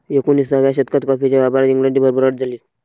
एकोणिसाव्या शतकात कॉफीच्या व्यापारात इंग्लंडची भरभराट झाली